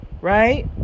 right